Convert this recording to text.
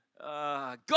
God